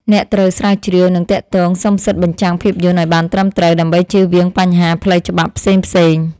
អ្នកត្រូវស្រាវជ្រាវ និងទាក់ទងសុំសិទ្ធិបញ្ចាំងភាពយន្តឱ្យបានត្រឹមត្រូវ ដើម្បីចៀសវាងបញ្ហាផ្លូវច្បាប់ផ្សេងៗ។